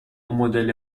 مدل